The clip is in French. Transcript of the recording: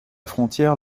frontière